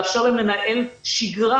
לאפשר להם לנהל שגרה,